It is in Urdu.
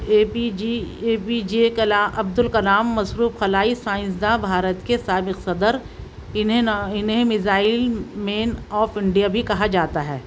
a P J A P J Abdul Kalam مصروف خلائی سائنسداں بھارت کے سابق صدر انہیں انہیں میزائل مین آف انڈیا بھی کہا جاتا ہے